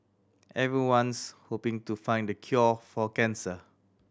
everyone's hoping to find the cure for cancer